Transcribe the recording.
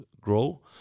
grow